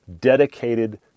dedicated